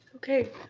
okay,